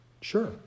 Sure